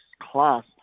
class